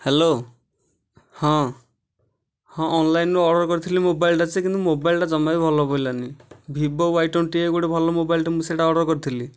hello ହଁ ହଁ ଅନ୍ଲାଇନ୍ରୁ ଅର୍ଡ଼ର୍ କରିଥିଲି ମୋବାଇଲ୍ଟା ସେ କିନ୍ତୁ ମୋବାଇଲ୍ଟା ଜମା ବି ଭଲ ପଡ଼ିଲାନି ଭିବୋ ୱାଇ ଟ୍ୱେଣ୍ଟି ଆଇ ଗୋଟେ ଭଲ ମୋବାଇଲ୍ଟା ମୁଁ ସେଇଟା ଅର୍ଡ଼ର୍ କରିଥିଲି